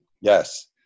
yes